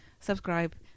subscribe